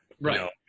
right